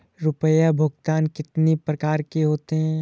रुपया भुगतान कितनी प्रकार के होते हैं?